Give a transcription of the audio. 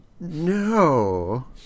No